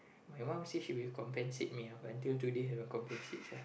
my mum say she will compensate me ah but until today haven't compensate sia